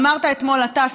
אמרת אתמול אתה,